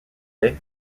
est